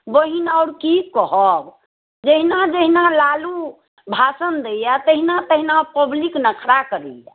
बहिन आओर की कहब जहिना जहिना लालु भाषण दैया तहिना तहिना पब्लिक नखरा करैया